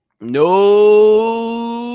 No